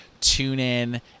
TuneIn